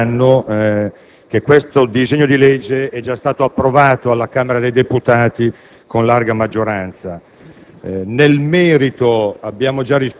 ricordando anche - ma loro lo sapranno - che questo disegno di legge è già stato approvato alla Camera dei deputati con larga maggioranza.